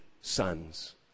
sons